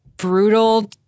Brutal